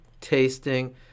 tasting